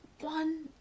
One